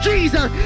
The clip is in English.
Jesus